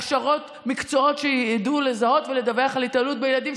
הכשרות למקצועות שידעו לזהות ולדווח על התעללות בילדים,